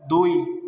দুই